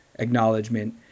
acknowledgement